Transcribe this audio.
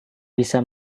bisa